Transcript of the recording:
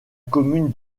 commune